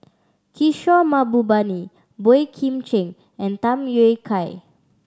Kishore Mahbubani Boey Kim Cheng and Tham Yui Kai